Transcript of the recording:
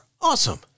awesome